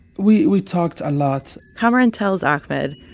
we we talked a lot kamaran tells ahmed,